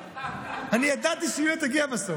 אני ידעתי שיוליה תגיע בסוף.